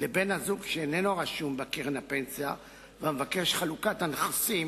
לבן-הזוג שאיננו רשום בקרן הפנסיה והמבקש חלוקת הנכסים,